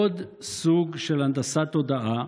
עוד סוג של הנדסת תודעה,